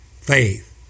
faith